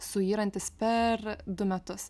suyrantis per du metus